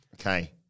Okay